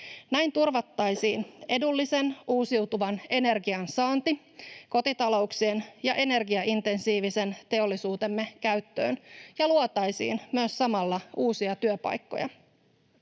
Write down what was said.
Näin turvattaisiin edullisen uusiutuvan energian saanti kotitalouksien ja energiaintensiivisen teollisuutemme käyttöön ja luotaisiin myös samalla uusia työpaikkoja.